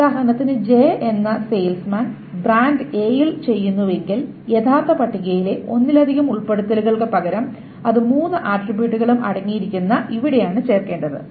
ഉദാഹരണത്തിന് ജെ എന്ന salesman brand എയിൽ ചെയ്യുന്നുവെങ്കിൽ യഥാർത്ഥ പട്ടികയിലെ ഒന്നിലധികം ഉൾപ്പെടുത്തലുകൾക്ക് പകരം അത് മൂന്ന് ആട്രിബ്യൂട്ടുകളും അടങ്ങിയിരിക്കുന്ന ഇവിടെയാണ് ചേർക്കേണ്ടത്